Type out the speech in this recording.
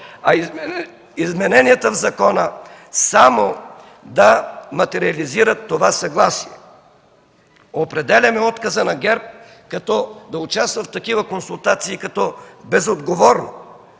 а измененията в закона само да материализират това съгласие. Определяме отказа на ГЕРБ да участва в такива консултации като безотговорно.